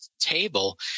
table